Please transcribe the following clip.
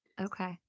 Okay